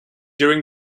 during